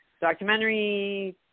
documentary